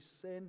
sin